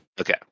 Okay